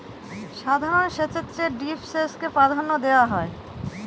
সাধারণ সেচের চেয়ে ড্রিপ সেচকে প্রাধান্য দেওয়া হয়